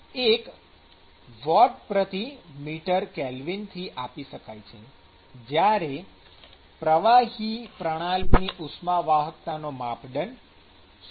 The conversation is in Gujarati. K થી આપી શકાય છે જ્યારે પ્રવાહી પ્રણાલીનની ઉષ્મા વાહકતાનો માપદંડ 0